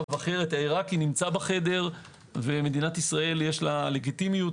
העיראקי נמצא בחדר ולמדינת ישאל יש לגיטימיות.